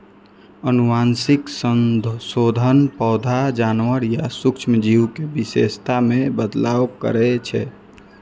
आनुवंशिक संशोधन पौधा, जानवर या सूक्ष्म जीव के विशेषता मे बदलाव करै छै